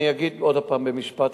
אנחנו לא בית-משפט.